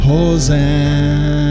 Hosanna